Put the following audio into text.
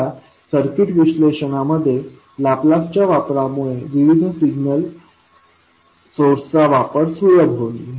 आता सर्किट विश्लेषणामध्ये लाप्लासच्या वापरामुळे विविध सिग्नल सोर्सचा वापर सुलभ होईल